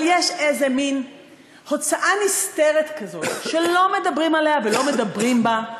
אבל יש איזה מין הוצאה נסתרת כזאת שלא מדברים עליה ולא מדברים בה.